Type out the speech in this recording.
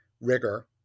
rigor